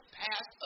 pass